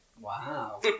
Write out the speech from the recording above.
Wow